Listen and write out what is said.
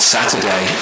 Saturday